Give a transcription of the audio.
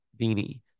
beanie